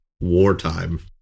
wartime